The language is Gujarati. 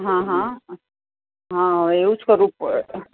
હ હ હા હવે એવું જ કરવું પડશે